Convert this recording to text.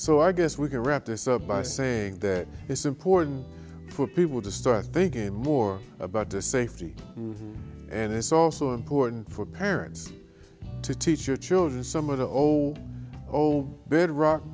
so i guess we can wrap this up by saying that it's important for people to start thinking more about the safety and it's also important for parents to teach your children some of the old old bedrock